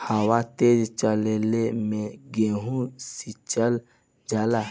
हवा तेज चलले मै गेहू सिचल जाला?